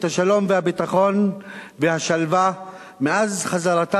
את השלום והביטחון והשלווה מאז חזרתה